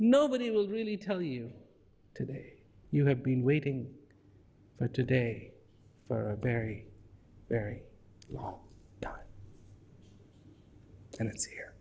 nobody will really tell you today you have been waiting for today for a very very long time and it's here